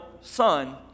son